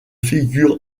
figure